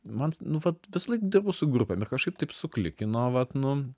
man nu vat visąlaik dirbu su grupėm ir kažkaip taip suklikino vat nu